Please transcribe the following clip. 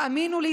האמינו לי,